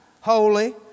Holy